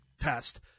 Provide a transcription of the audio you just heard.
test